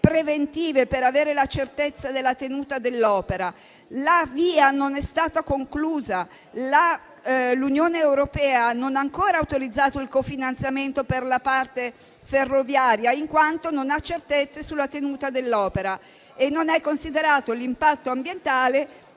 preventive per avere la certezza della tenuta dell'opera. La VIA non è stata conclusa; l'Unione europea non ha ancora autorizzato il cofinanziamento per la parte ferroviaria, in quanto non ha certezze sulla tenuta dell'opera e non è considerato l'impatto ambientale